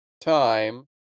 time